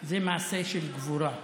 זה מעשה של גבורה.